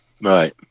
right